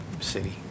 city